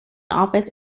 office